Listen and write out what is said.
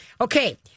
Okay